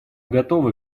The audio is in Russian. готовы